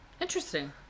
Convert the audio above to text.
Interesting